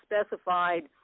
specified